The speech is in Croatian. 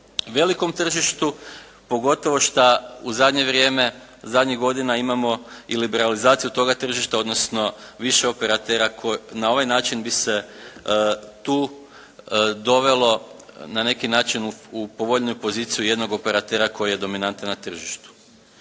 velikom tržištu pogotovo šta u zadnje vrijeme, zadnjih godina imamo i liberalizaciju toga tržišta odnosno više operatera, na ovaj način bi se tu dovelo na neki način u povoljniju poziciju jednog operatera koji je dominantan na tržištu.